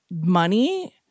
money